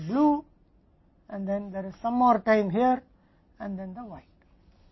अब हम इस चक्र का समय एक ही होना चाहते हैं यह चक्र समय एक समान है